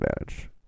advantage